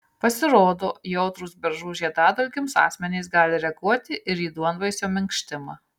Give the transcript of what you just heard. pasirodo jautrūs beržų žiedadulkėms asmenys gali reaguoti ir į duonvaisio minkštimą